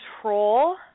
control